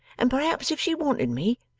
and perhaps if she wanted me,